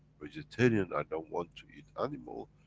vegetarian i don't want to eat animal,